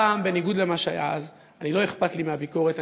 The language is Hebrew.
הפעם, בניגוד למה שהיה אז, לא אכפת לי מהביקורת.